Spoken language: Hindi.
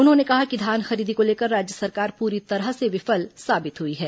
उन्होंने कहा कि धान खरीदी को लेकर राज्य सरकार पूरी तरह से विफल साबित हुई है